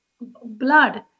blood